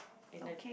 in a